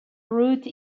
route